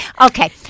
Okay